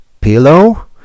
pillow